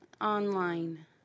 online